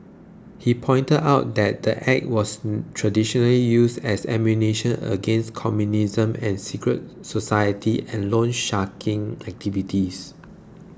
he pointed out that the Act was traditionally used as ammunition against communism and secret society and loan sharking activities